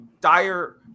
dire